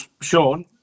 sean